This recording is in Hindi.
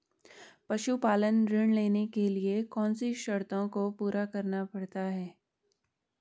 पशुपालन ऋण लेने के लिए कौन सी शर्तों को पूरा करना पड़ता है?